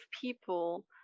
people